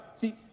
See